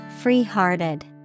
free-hearted